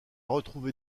retrouvé